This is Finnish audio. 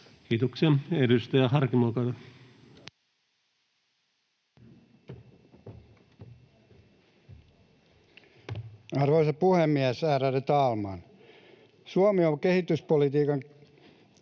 Kiitoksia. — Edustaja Harkimo, olkaa hyvä. Arvoisa puhemies, ärade talman! Suomi on kehityspolitiikan